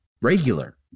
regular